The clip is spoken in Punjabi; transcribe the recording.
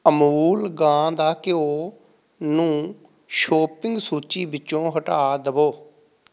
ਅਮੂਲ ਗਾਂ ਦਾ ਘਿਓ ਨੂੰ ਸ਼ੋਪਿੰਗ ਸੂਚੀ ਵਿੱਚੋਂ ਹਟਾ ਦਵੋ